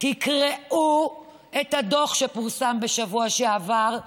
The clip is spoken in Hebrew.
תקראו את הדוח שפורסם בשבוע שעבר.